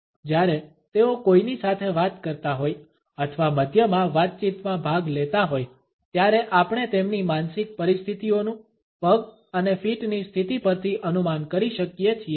જ્યારે તેઓ કોઈની સાથે વાત કરતા હોય અથવા મધ્યમાં વાતચીતમાં ભાગ લેતા હોય ત્યારે આપણે તેમની માનસિક પરિસ્થિતિઓનુ પગ અને ફીટની સ્થિતિ પરથી અનુમાન કરી શકીએ છીએ